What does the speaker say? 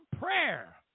prayer